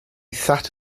sat